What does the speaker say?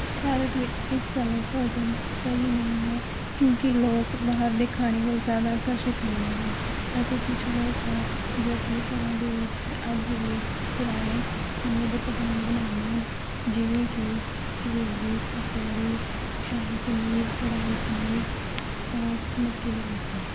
ਭਾਰਤ ਵਿੱਚ ਇਸ ਸਮੇਂ ਭੋਜਨ ਸਹੀ ਨਹੀਂ ਹੈ ਕਿਉਂਕਿ ਲੋਕ ਬਾਹਰ ਦੇ ਖਾਣੇ ਵੱਲ ਜ਼ਿਆਦਾ ਆਕਰਸ਼ਿਤ ਹੁੰਦੇ ਹਨ ਅਤੇ ਕੁਛ ਲੋਕ ਹੈ ਜੋ ਆਪਣੇ ਘਰਾਂ ਦੇ ਵਿੱਚ ਅੱਜ ਵੀ ਪੁਰਾਣੇ ਸਮੇਂ ਦੇ ਪਕਵਾਨ ਬਣਾਉਂਦੇ ਹਨ ਜਿਵੇਂ ਕਿ ਜਲੇਬੀ ਪਕੌੜੇ ਸ਼ਾਹੀ ਪਨੀਰ ਕੜਾਹੀ ਪਨੀਰ ਸਾਗ ਮੱਕੀ ਦੀ ਰੋਟੀ